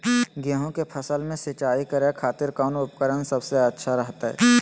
गेहूं के फसल में सिंचाई करे खातिर कौन उपकरण सबसे अच्छा रहतय?